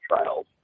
trials